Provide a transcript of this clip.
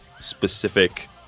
specific